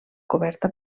coberta